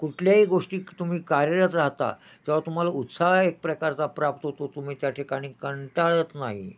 कुठल्याही गोष्टी तुम्ही कार्यरत राहता तेव्हा तुम्हाला उत्साह एक प्रकारचा प्राप्त होतो तुम्ही त्या ठिकाणी कंटाळत नाही